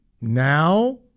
now